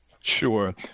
Sure